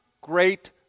great